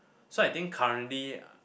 so I think currently